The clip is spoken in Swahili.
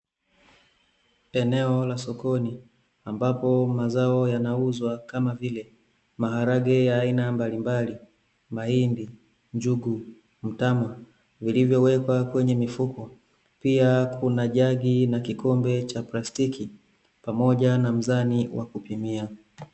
Eneo la sokoni ambapo mazao yanauzwa kama vile: maharage ya aina mbalimbali, mahindi, njugu, mtama; vilivyowekwa kwenye mifuko, pia kuna jagi na kikombe cha plastiki, pamoja na mzani wa kupimia.